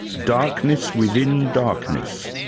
darkness within darkness,